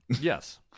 Yes